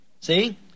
See